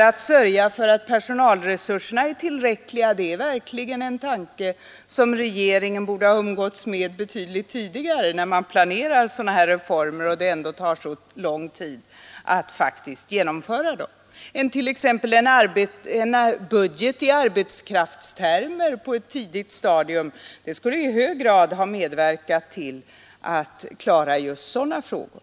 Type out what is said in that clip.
Att sörja för att personalresurserna är tillräckliga är verkligen en tanke som regeringen borde ha umgåtts med betydligt tidigare, när man planerade den här reformen och man vet att det tar så lång tid att praktiskt genomföra den. Att t.ex. på ett tidigt stadium ha en budget i arbetskraftstermer som vi så många gånger föreslagit skulle i hög grad ha medverkat till att klara just sådana frågor.